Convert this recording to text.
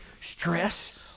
stress